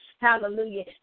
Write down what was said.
hallelujah